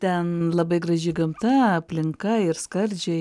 ten labai graži gamta aplinka ir skardžiai